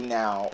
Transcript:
now